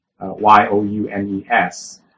Y-O-U-N-E-S